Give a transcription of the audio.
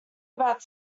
about